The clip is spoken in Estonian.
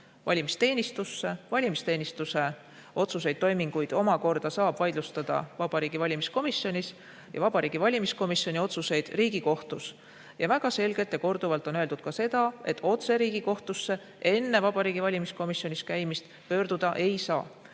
Valimisteenistuse otsuseid ja toiminguid omakorda saab vaidlustada Vabariigi Valimiskomisjonis ja Vabariigi Valimiskomisjoni otsuseid Riigikohtus. Ja väga selgelt ja korduvalt on öeldud ka seda, et otse Riigikohtusse enne Vabariigi Valimiskomisjonis käimist pöörduda ei saa.